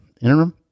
interim